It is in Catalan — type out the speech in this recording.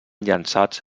llançats